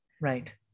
Right